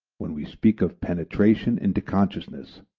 when we speak of penetration into consciousness,